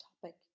topic